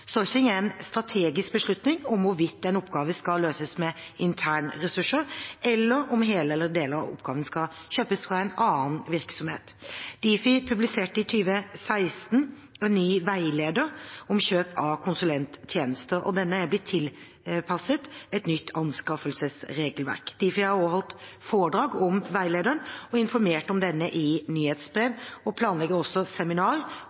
er en strategisk beslutning om hvorvidt en oppgave skal løses med internressurser, eller om hele eller deler av oppgaven skal kjøpes fra en annen virksomhet. Difi publiserte i 2016 en ny veileder om kjøp av konsulenttjenester. Denne er blitt tilpasset et nytt anskaffelsesregelverk. Difi har også holdt foredrag om veilederen og informert om denne i nyhetsbrev, og planlegger i 2018 seminar